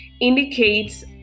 indicates